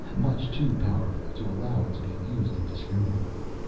much too powerful to allow it to be used indiscriminately.